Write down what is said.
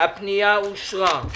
הפנייה אושרה.